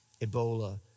Ebola